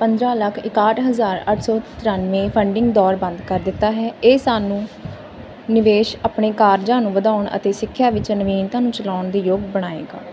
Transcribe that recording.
ਪੰਦਰਾਂ ਲੱਖ ਇਕਾਹਠ ਹਜ਼ਾਰ ਅੱਠ ਸੌ ਤਰਾਂਨਵੇ ਫੰਡਿੰਗ ਦੌਰ ਬੰਦ ਕਰ ਦਿੱਤਾ ਹੈ ਇਹ ਸਾਨੂੰ ਨਿਵੇਸ਼ ਆਪਣੇ ਕਾਰਜਾਂ ਨੂੰ ਵਧਾਉਣ ਅਤੇ ਸਿੱਖਿਆ ਵਿੱਚ ਨਵੀਨਤਾ ਨੂੰ ਚਲਾਉਣ ਦੇ ਯੋਗ ਬਣਾਏਗਾ